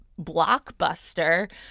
blockbuster